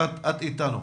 את איתנו.